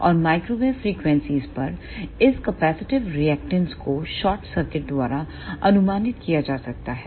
और माइक्रोवेव फ्रीक्वेंसीयों पर इस कैपेसिटिव रिएक्टेंस को शॉर्ट सर्किट द्वारा अनुमानित किया जा सकता है